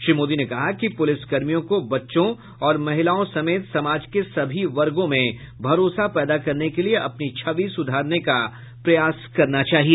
श्री मोदी ने कहा कि पूलिसकर्मियों को बच्चों और महिलाओं समेत समाज के सभी वर्गो में भरोसा पैदा करने के लिए अपनी छवि सुधारने का प्रयास करना चाहिए